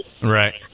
Right